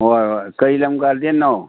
ꯍꯣꯏ ꯍꯣꯏ ꯀꯔꯤ ꯂꯝ ꯒꯥꯔꯗꯦꯟꯅꯣ